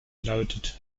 lautet